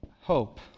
Hope